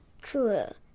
Cool